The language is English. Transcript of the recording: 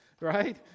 right